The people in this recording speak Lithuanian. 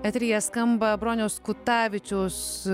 eteryje skamba broniaus kutavičiaus